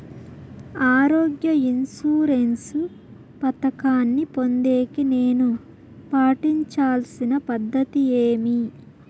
ఆరోగ్య ఇన్సూరెన్సు పథకాన్ని పొందేకి నేను పాటించాల్సిన పద్ధతి ఏమి?